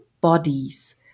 bodies